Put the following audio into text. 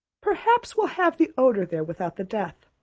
perhaps we'll have the odor there without the death.